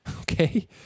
Okay